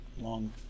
long